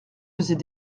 faisait